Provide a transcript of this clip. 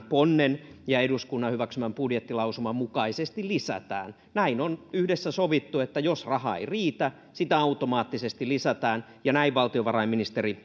ponnen ja eduskunnan hyväksymän budjettilausuman mukaisesti lisätään näin on yhdessä sovittu että jos raha ei riitä sitä automaattisesti lisätään ja näin valtiovarainministeri